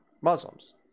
muslims